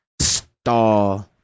star